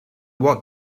what